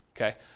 okay